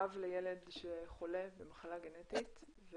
אב לילד שחולה במחלה גנטית.